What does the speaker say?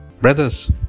Brothers